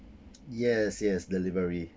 yes yes delivery